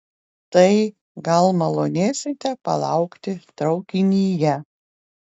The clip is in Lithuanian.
tai gal malonėsite palaukti traukinyje